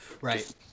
Right